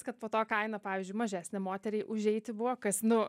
kad po to kaina pavyzdžiui mažesnė moteriai užeiti buvo kas nu